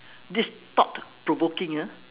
this is thought provoking ah